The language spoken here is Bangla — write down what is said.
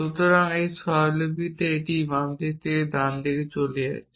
সুতরাং এই স্বরলিপিতে এটি বাম থেকে ডানে চলে যাচ্ছে